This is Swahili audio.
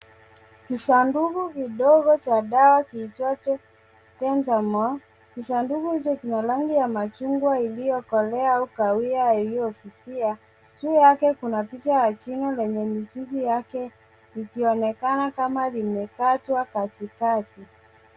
Kisanduku kidogo cha dawa kiitwacho Dentamol. Kisanduku hicho kina rangi ya machungwa iliyokolea au kahawia iliyofifia. Juu yake kuna picha na jino lenye mizizi yake ikionekana kama limekatwa katikati.